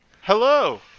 hello